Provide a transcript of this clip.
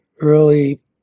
early